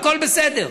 הכול בסדר.